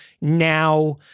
now